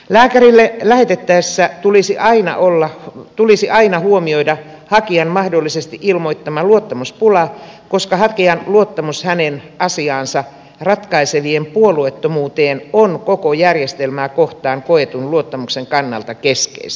lääkärille lähetettäessä tulisi aina huomioida hakijan mahdollisesti ilmoittama luottamuspula koska hakijan luottamus hänen asiaansa ratkaisevien puolueettomuuteen on koko järjestelmää kohtaan koetun luottamuksen kannalta keskeistä